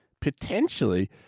potentially